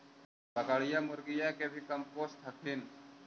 बकरीया, मुर्गीया के भी कमपोसत हखिन?